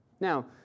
Now